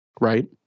right